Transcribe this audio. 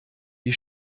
wie